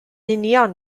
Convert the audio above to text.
union